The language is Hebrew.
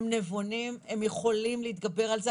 הם נבונים, הם יכולים להתגבר על זה.